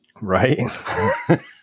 Right